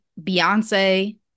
Beyonce